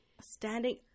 Standing